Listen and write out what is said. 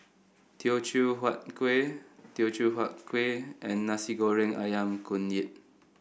Teochew Huat Kueh Teochew Huat Kueh and Nasi Goreng ayam Kunyit